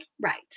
right